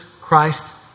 Christ